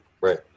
Right